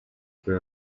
grew